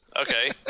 okay